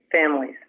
families